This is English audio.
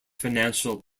financial